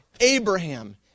Abraham